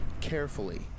carefully